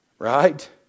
Right